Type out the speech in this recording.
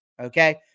Okay